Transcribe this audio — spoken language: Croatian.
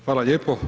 Hvala lijepo.